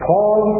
Paul